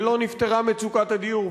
ולא נפתרה מצוקת הדיור,